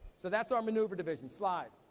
so, that's our maneuver division, slide.